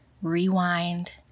rewind